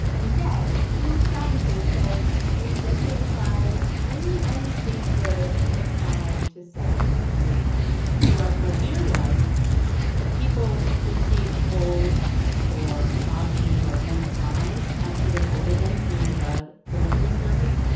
and deb, food scientist, says a regular fry really only stays good for five to seven minutes so my fear was if people received cold or soggy or limp fries after they ordered them through a delivery service,